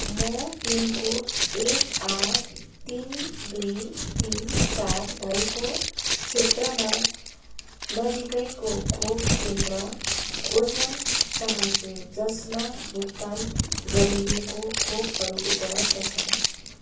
म पिनकोड एक आठ तिन दुई तिन चार भएको क्षेत्रमा नजिकैको खोप केन्द्र खोज्न चाहन्छु जसमा भुक्तान गरिएको खोपहरू उपलब्ध छन्